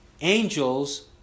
angels